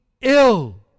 Ill